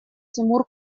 тимур